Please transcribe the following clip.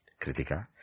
Kritika